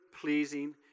pleasing